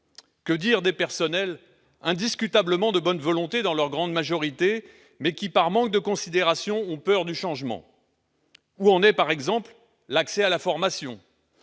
Que dire des personnels, indiscutablement de bonne volonté dans leur grande majorité, mais qui, par manque de considération, ont peur du changement ? Où en est, par exemple, l'accès à la formation ?